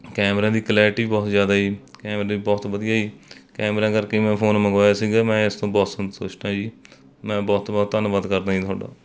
camera ਦੀ clarity ਬਹੁਤ ਜ਼ਿਆਦਾ ਹੈ ਕੈਮਰੇ ਬਹੁਤ ਵਧੀਆ ਹੈ ਜੀ ਕੈਮਰਿਆਂ ਕਰਕੇ ਮੈਂ ਫ਼ੋਨ ਮੰਗਵਾਇਆ ਸੀ ਮੈਂ ਇਸ ਤੋਂ ਬਹੁਤ ਸੰਤੁਸ਼ਟ ਹਾਂ ਜੀ ਮੈਂ ਬਹੁਤ ਬਹੁਤ ਧੰਨਵਾਦ ਕਰਦਾ ਜੀ ਤੁਹਾਡਾ